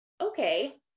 Okay